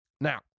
Now